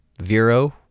Vero